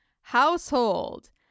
Household